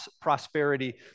prosperity